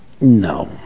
no